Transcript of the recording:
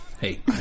Hey